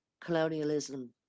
colonialism